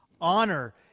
honor